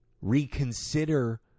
reconsider